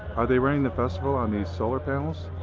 are they running the festival on these solar panels?